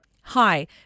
Hi